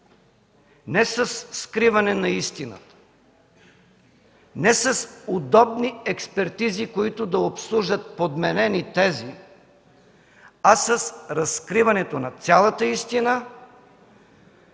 не със скриване на истината, не с удобни експертизи, които да обслужат подменени тези, а с разкриването на цялата истина